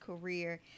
career